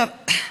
עכשיו,